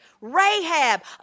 Rahab